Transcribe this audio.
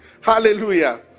Hallelujah